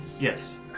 Yes